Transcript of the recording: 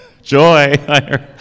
Joy